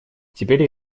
теперь